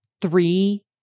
three